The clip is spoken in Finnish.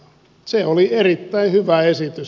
se oli erittäin hyvä esitys